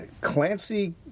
Clancy